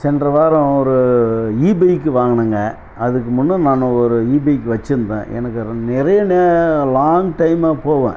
சென்ற வாரம் ஒரு ஈ பைக் வாங்குனங்க அதுக்கு முன்னே நான் ஒரு ஈ பைக் வச்சுருந்தேன் எனக்கு நிறைய லாங் டைம்மாக போவேன்